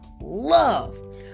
love